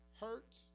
hurt